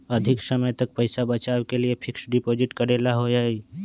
अधिक समय तक पईसा बचाव के लिए फिक्स डिपॉजिट करेला होयई?